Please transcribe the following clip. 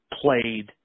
played